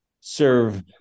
serve